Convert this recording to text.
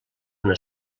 una